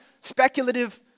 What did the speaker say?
speculative